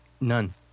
None